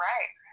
Right